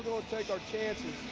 take our chances.